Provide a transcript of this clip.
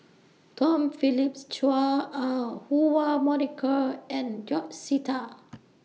Tom Phillips Chua Ah Huwa Monica and George Sita